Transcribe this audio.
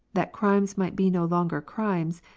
that crimes might be no longer crimes,